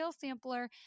sampler